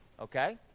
Okay